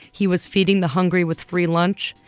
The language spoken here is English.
he was feeding the hungry with free lunch.